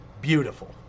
beautiful